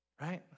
right